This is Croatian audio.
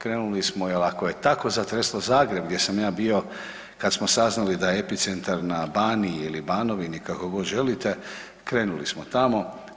Krenuli smo, jer ako je tako zatreslo Zagreb gdje sam ja bio kad smo saznali da je epicentar na Baniji ili Banovini kako god želite krenuli smo tamo.